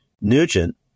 Nugent